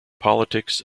politics